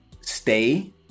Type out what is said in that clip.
stay